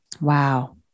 Wow